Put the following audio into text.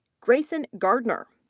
grayson gardner.